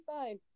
fine